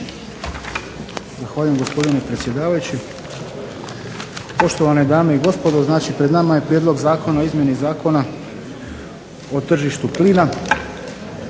Zahvaljujem gospodine predsjedavajući. Poštovane dame i gospodo, znači pred nama je Prijedlog zakona o izmjeni Zakona o tržištu plina.